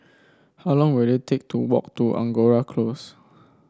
how long will it take to walk to Angora Close